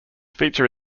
feature